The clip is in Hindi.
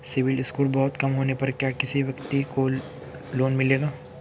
सिबिल स्कोर बहुत कम होने पर क्या किसी व्यक्ति को लोंन मिलेगा?